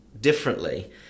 differently